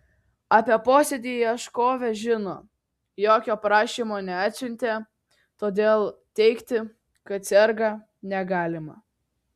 apie posėdį ieškovė žino jokio prašymo neatsiuntė todėl teigti kad serga negalima